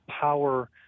power